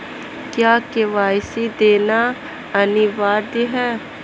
क्या के.वाई.सी देना अनिवार्य है?